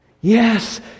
Yes